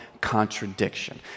contradiction